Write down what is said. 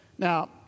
Now